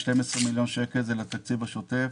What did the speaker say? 12 מיליון שקל זה לתקציב השוטף,